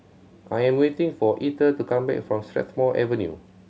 I am waiting for Etter to come back from Strathmore Avenue